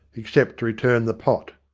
except to return the pot.